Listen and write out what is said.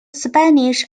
spanish